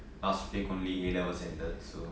last week only A levels ended so